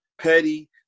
petty